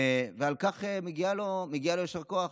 ועל כך מגיע לו יישר כוח.